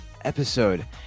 episode